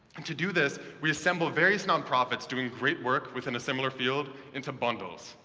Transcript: and to do this, we assemble various nonprofits doing great work within a similar field into bundles,